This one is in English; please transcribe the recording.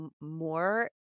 more